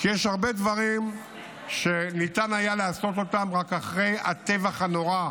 יש הרבה דברים שניתן היה לעשות אותם רק אחרי הטבח הנורא,